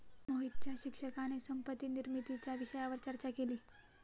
मोहितच्या शिक्षकाने संपत्ती निर्मितीच्या विषयावर चर्चा केली